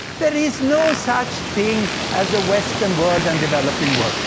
there is no such thing as a western world and developing world.